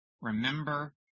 remember